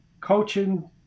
coaching